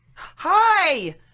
Hi